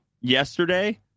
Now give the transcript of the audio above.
yesterday